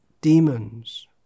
demons